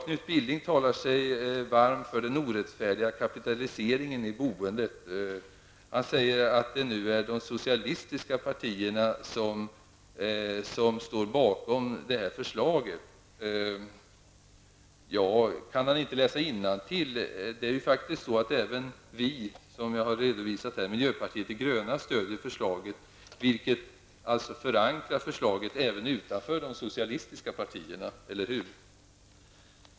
Knut Billing talar sig varm för den orättfärdiga kapitaliseringen i boendet. Han säger att det nu är de socialistiska partierna som står bakom förslaget. Kan han inte läsa innantill? Som jag har redovisat stöder miljöpartiet de gröna förslaget, vilket förankrat förslaget även utanför de socialistiska partierna, eller hur?